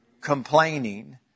complaining